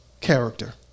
character